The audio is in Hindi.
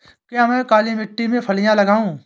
क्या मैं काली मिट्टी में फलियां लगाऊँ?